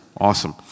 Awesome